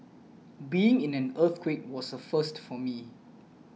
being in an earthquake was a first for me